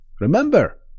remember